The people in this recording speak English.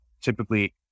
typically